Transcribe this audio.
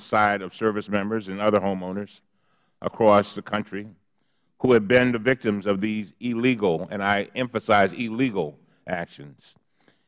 the side of service members and other homeowners across the country who have been the victims of these illegal and i emphasize illegalh actions